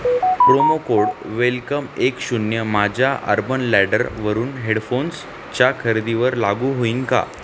promo code welcome एक शून्य माझ्या अर्बन लॅडरवरून हेडफोन्सच्या खरेदीवर लागू होईन का